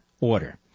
order